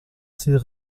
ser